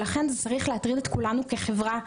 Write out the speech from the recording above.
לכן זה צריך להטריד את כולנו כחברה.